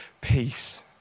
peace